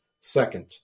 second